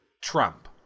Trump